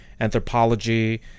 anthropology